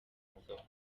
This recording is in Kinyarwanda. umugabo